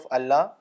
Allah